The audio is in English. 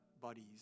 bodies